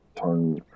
turn